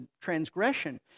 transgression